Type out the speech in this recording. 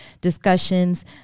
discussions